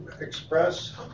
Express